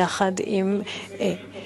יחד עם בעלת-הברית